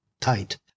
tight